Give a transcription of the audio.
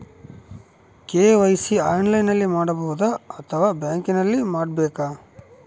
KYC ಆನ್ಲೈನಲ್ಲಿ ಮಾಡಬಹುದಾ ಅಥವಾ ಬ್ಯಾಂಕಿನಲ್ಲಿ ಮಾಡ್ಬೇಕಾ?